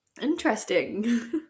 interesting